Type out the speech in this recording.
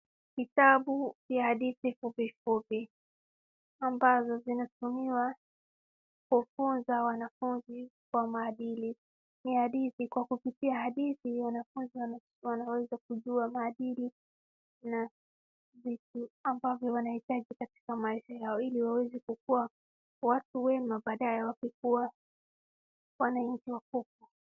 Vitabu vya hadithi fupifupi ambazo zinatumiwa kufunza wanafunzi kwa maadili, ni hadithi, kwa kupitia hadithi wanafunzi wa maadili ambavyo wanahitaji katika maisha ili waweze kukuwa watu wema baadae wakikuwa wananchi wazuri.